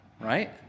Right